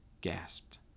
gasped